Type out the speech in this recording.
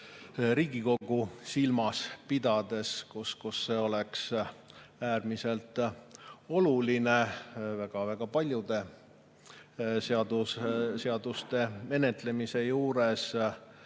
Riigikogu silmas pidades, kus see oleks äärmiselt oluline väga paljude seaduste menetlemise juures.